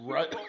Right